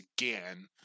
again